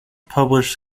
published